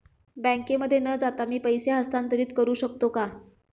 बँकेमध्ये न जाता मी पैसे हस्तांतरित करू शकतो का?